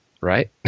right